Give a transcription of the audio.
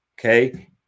okay